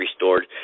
restored